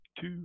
two